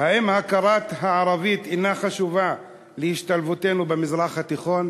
האם הכרת הערבית אינה חשובה להשתלבותנו במזרח התיכון?